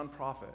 nonprofit